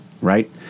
right